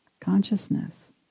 consciousness